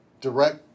direct